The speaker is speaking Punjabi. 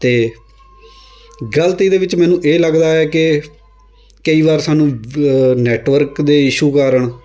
ਅਤੇ ਗ਼ਲਤ ਇਹਦੇ ਵਿੱਚ ਮੈਨੂੰ ਇਹ ਲੱਗਦਾ ਹੈ ਕਿ ਕਈ ਵਾਰ ਸਾਨੂੰ ਨੈਟਵਰਕ ਦੇ ਇਸ਼ੂ ਕਾਰਨ